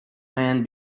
man